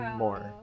more